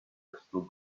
crystal